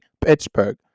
pittsburgh